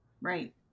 Right